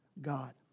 God